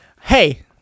Hey